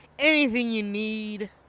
anything you need.